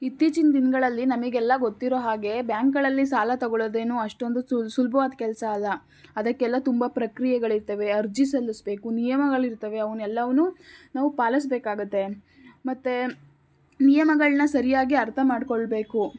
ಇತ್ತಿಚೀನ ದಿನಗಳಲ್ಲಿ ನಮಗೆಲ್ಲ ಗೊತ್ತಿರೊ ಹಾಗೆ ಬ್ಯಾಂಕ್ಗಳಲ್ಲಿ ಸಾಲ ತಗೊಳ್ಳೋದೇನು ಅಷ್ಟೊಂದು ಸುಲ್ಭವಾದ ಕೆಲಸ ಅಲ್ಲ ಅದಕ್ಕೆಲ್ಲ ತುಂಬ ಪ್ರಕ್ರಿಯೆಗಳಿರ್ತವೆ ಅರ್ಜಿ ಸಲ್ಲಿಸ್ಬೇಕು ನಿಯಮಗಳಿರ್ತವೆ ಅವನ್ನೆಲ್ಲವ್ನು ನಾವು ಪಾಲಿಸ್ಬೇಕಾಗತ್ತೆ ಮತ್ತು ನಿಯಮಗಳನ್ನ ಸರಿಯಾಗಿ ಅರ್ಥ ಮಾಡಿಕೊಳ್ಬೇಕು